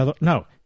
No